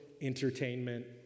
Entertainment